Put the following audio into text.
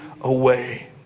away